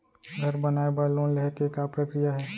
घर बनाये बर लोन लेहे के का प्रक्रिया हे?